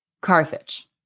Carthage